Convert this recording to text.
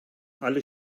alle